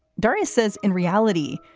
darrius says in reality,